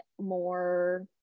more